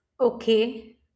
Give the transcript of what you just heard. okay